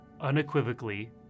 unequivocally